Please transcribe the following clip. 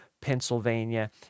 Pennsylvania